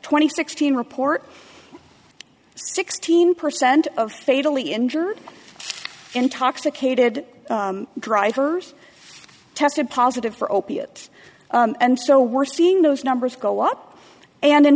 twenty sixteen report sixteen percent of fatally injured intoxicated drivers tested positive for opiates and so we're seeing those numbers go up and in